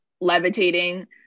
levitating